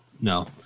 No